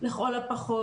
לכל הפחות,